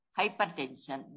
hypertension